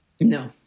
No